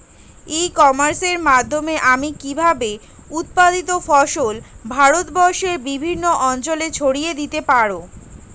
ই কমার্সের মাধ্যমে আমি কিভাবে উৎপাদিত ফসল ভারতবর্ষে বিভিন্ন অঞ্চলে ছড়িয়ে দিতে পারো?